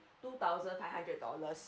two thousand five hundred dollars